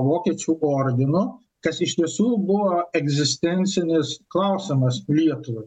vokiečių ordinu kas iš tiesų buvo egzistencinis klausimas lietuvai